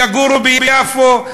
יגורו ביפו,